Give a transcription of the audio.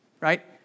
right